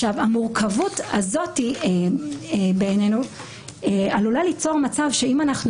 בעינינו המורכבות הזאת עלולה ליצור מצב שאם אנחנו